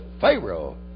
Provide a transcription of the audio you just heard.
Pharaoh